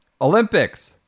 Olympics